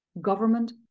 government